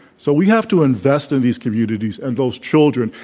so we have to invest in these communities and those children.